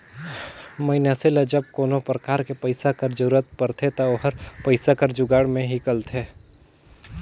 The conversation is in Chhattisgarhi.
मइनसे ल जब कोनो परकार ले पइसा कर जरूरत परथे ता ओहर पइसा कर जुगाड़ में हिंकलथे